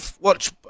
watch